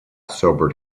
sobered